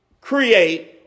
create